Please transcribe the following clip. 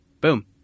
Boom